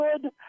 good